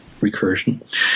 recursion